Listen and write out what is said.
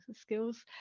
skills